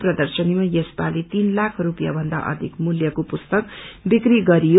प्रर्दशनीमा यस पाली तीन लाख स्पिसयाँ भन्दा अधिक मूल्यको पुस्तक विक्री गरियो